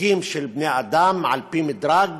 סוגים של בני אדם על פי מדרג,